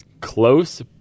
close